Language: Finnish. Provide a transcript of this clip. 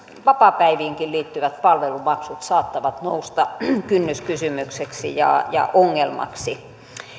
vapaapäiviinkin liittyvät palvelumaksut saattavat nousta kynnyskysymykseksi ja ja ongelmaksi